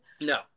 no